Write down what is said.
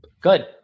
Good